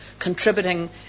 contributing